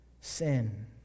sin